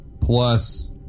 plus